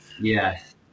Yes